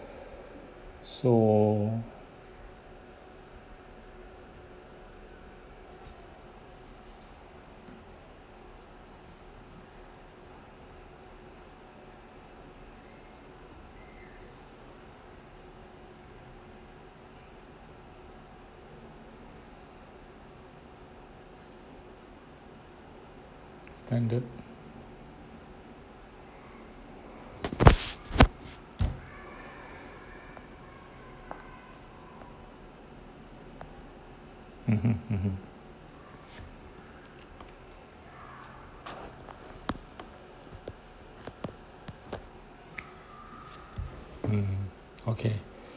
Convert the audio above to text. so standard mmhmm mmhmm mm okay